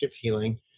healing